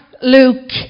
Luke